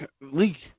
league